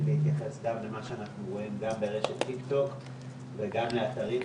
להתייחס גם למה שאנחנו רואים ברשת טיקטוק וגם באתרים אחרים.